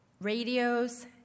radios